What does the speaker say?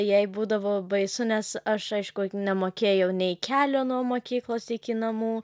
jai būdavo baisu nes aš aišku nemokėjau nei kelio nuo mokyklos iki namų